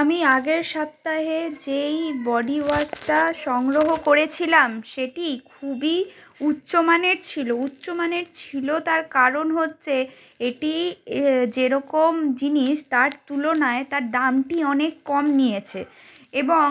আমি আগের সপ্তাহে যেই বডি ওয়াশটা সংগ্রহ করেছিলাম সেটি খুবই উচ্চমানের ছিল উচ্চমানের ছিল তার কারণ হচ্ছে এটি যেরকম জিনিস তার তুলনায় তার দামটি অনেক কম নিয়েছে এবং